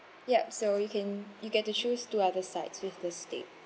yup so you can you get to choose two other sides with the steak